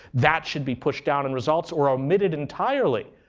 that should be pushed down in results or omitted entirely.